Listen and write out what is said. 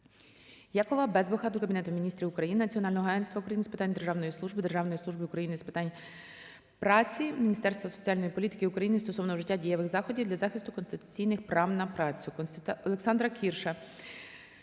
Якова Безбаха до Кабінету Міністрів України, Національного агентства України з питань державної служби, Державної служби України з питань праці, Міністерства соціальної політики України стосовно вжиття дієвих заходів для захисту конституційних прав на працю. Олександра Кірша